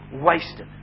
wasted